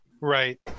right